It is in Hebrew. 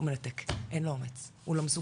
הוא מנתק, אין לו אומץ, הוא לא מסוגל.